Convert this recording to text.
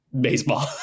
baseball